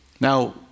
Now